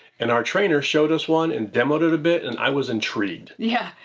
and our trainer showed us one and demoed it a bit and i was intrigued. yeah,